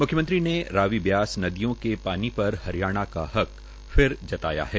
म्ख्यमंत्री ने रावी ब्यास नदियों के पानी पर हरियाणा का हक फिर जताया है